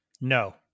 No